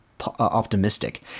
optimistic